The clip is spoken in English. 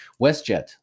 WestJet